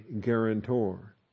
guarantor